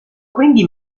quindi